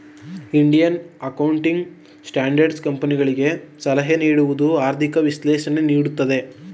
Indian accounting standard ಕಂಪನಿಗಳಿಗೆ ಸಲಹೆ ನೀಡುವುದು, ಆರ್ಥಿಕ ವಿಶ್ಲೇಷಣೆ ನೀಡುತ್ತದೆ